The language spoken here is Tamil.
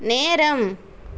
நேரம்